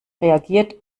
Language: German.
reagiert